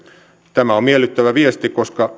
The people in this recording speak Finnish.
tämä on miellyttävä viesti koska